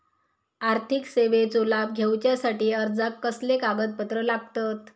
आर्थिक सेवेचो लाभ घेवच्यासाठी अर्जाक कसले कागदपत्र लागतत?